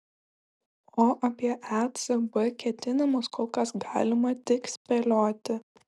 o apie ecb ketinimus kol kas galima tik spėlioti